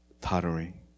tottering